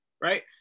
right